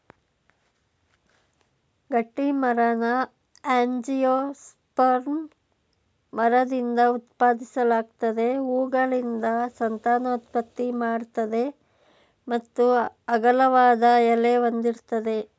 ಗಟ್ಟಿಮರನ angiosperm ಮರದಿಂದ ಉತ್ಪಾದಿಸಲಾಗ್ತದೆ ಹೂವುಗಳಿಂದ ಸಂತಾನೋತ್ಪತ್ತಿ ಮಾಡ್ತದೆ ಮತ್ತು ಅಗಲವಾದ ಎಲೆ ಹೊಂದಿರ್ತದೆ